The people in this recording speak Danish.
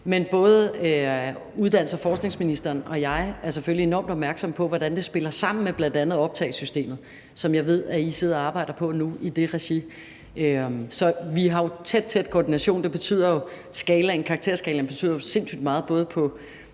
Men både uddannelses- og forskningsministeren og jeg er selvfølgelig enormt opmærksomme på, hvordan det spiller sammen med bl.a. optagelsessystemet, som jeg ved, at man sidder og arbejder på nu i det regi. Så vi har jo tæt, tæt koordination. Karakterskalaen betyder jo sindssygt meget både på